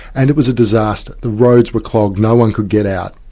and it was a disaster. the roads were clogged, no-one could get out,